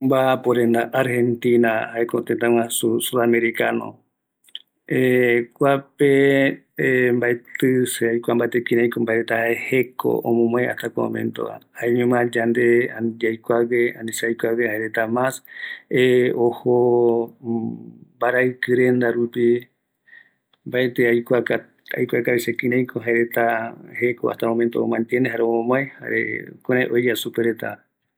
Kua baaporenda, Argentina jaeko tëtä guaju Sud Americano, kuape mbaetï se aikua mbate mbaeko jaereta jeko omomoe hasta kua momentova, jaeñoma yande yaikuague ani se aikuague, jaereta mas ojo mbaraïki renda rupi, mbati se aikuakavi kiraiko jaereta, jeko hasta el momento omo mantirne jare om0omae jukurai oeya superetava.